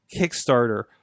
Kickstarter